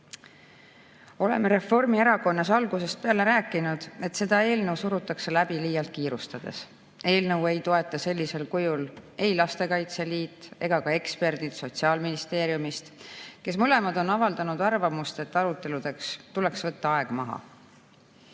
saab. Oleme Reformierakonnas algusest peale rääkinud, et seda eelnõu surutakse läbi liialt kiirustades. Eelnõu ei toeta sellisel kujul ei Lastekaitse Liit ega ka eksperdid Sotsiaalministeeriumist, kes kõik on avaldanud arvamust, et aruteludeks tuleks võtta aeg maha.